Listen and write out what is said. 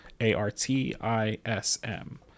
A-R-T-I-S-M